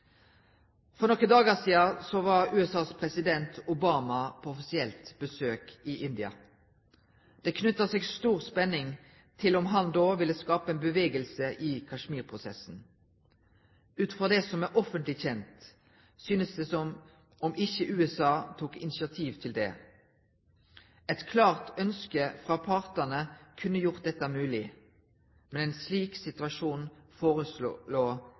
For noen dager siden var USAs president, Obama, på offisielt besøk i India. Det knyttet seg stor spenning til om han da ville skape en bevegelse i Kashmir-prosessen. Ut fra det som er offentlig kjent, synes det ikke som om USA tok initiativ til det. Et klart ønske fra partene kunne gjort dette mulig, men en slik situasjon